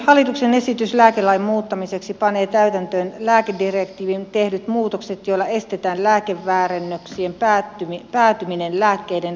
hallituksen esitys lääkelain muuttamiseksi panee täytäntöön lääkedirektiiviin tehdyt muutokset joilla estetään lääkeväärennöksien päätyminen lääkkeiden lailliseen jakelukanavaan